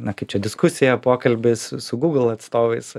na kaip čia diskusiją pokalbį su su google atstovais